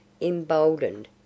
emboldened